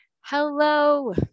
Hello